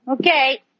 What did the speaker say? Okay